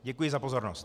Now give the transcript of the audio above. Děkuji za pozornost.